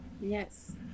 yes